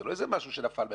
זה לא משהו שנפל פתאום,